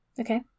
Okay